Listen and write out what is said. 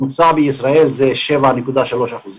הממוצע בישראל הוא 7.3%,